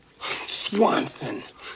Swanson